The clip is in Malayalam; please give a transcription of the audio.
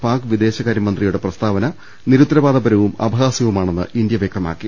പാക് വിദേശകാര്യമന്ത്രിയുടെ പ്രസ്താവന നിരുത്തരവാദപരവും അപഹാ സ്യവുമാണെന്ന് ഇന്ത്യ വ്യക്തമാക്കി